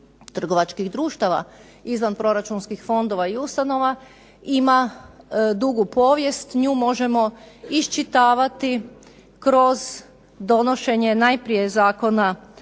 izvan proračunskih fondova i ustanova ima dugu povijest. Nju možemo iščitavati kroz donošenje najprije Zakona